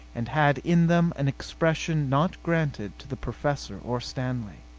and had in them an expression not granted to the professor or stanley.